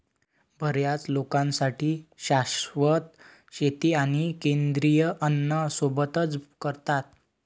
बर्याच लोकांसाठी शाश्वत शेती आणि सेंद्रिय अन्न सोबतच करतात